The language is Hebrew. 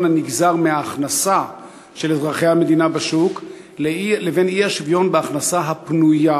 הנגזר מההכנסה של אזרחי המדינה בשוק לבין האי-שוויון בהכנסה הפנויה,